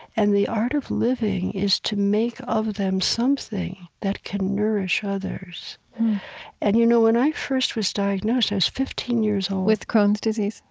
and the art of living is to make of them something that can nourish others and you know when i first was diagnosed, i was fifteen years old with crohn's disease?